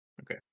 Okay